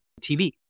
TV